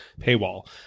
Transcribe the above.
paywall